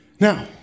Now